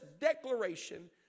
declaration